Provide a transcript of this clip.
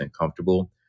comfortable